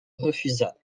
refusa